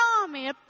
army